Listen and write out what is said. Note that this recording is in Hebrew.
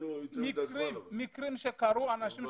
מקרים שקרו, אנשים